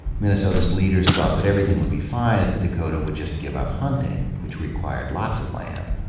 minnesota's leaders thought that everything would be fine if the dakota would just give up hunting, wh ich required lots of land,